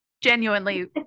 Genuinely